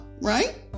right